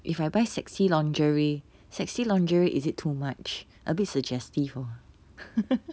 if I buy sexy lingerie sexy lingerie is it too much a bit suggestive hor